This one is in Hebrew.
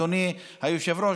אדוני היושב-ראש,